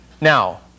Now